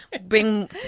Bring